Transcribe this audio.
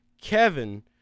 Kevin